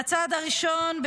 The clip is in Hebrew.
בצעד הראשון,